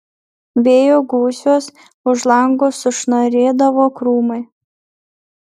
vėjo gūsiuos už lango sušnarėdavo krūmai